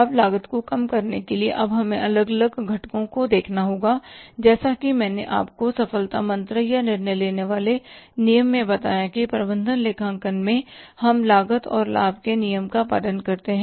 अब लागत को कम करने के लिए अब हमें अलग अलग घटकों को देखना होगा जैसा कि मैंने आपको सफलता मंत्र या निर्णय लेने वाले नियम में बताया कि प्रबंधन लेखांकन में हम लागत और लाभ के नियम का पालन करते हैं